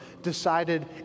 decided